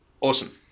Awesome